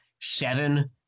seven